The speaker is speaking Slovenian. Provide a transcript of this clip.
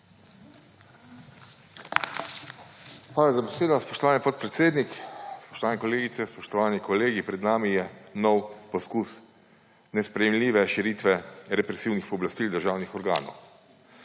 Hvala za besedo, spoštovani podpredsednik. Spoštovane kolegice, spoštovani kolegi! Pred nami je nov poskus nesprejemljive širitve represivnih pooblastil državnih organov.